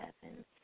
seven